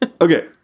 Okay